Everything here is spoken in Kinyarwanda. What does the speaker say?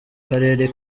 karere